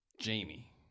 Jamie